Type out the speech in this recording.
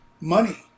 money